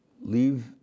leave